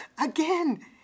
Again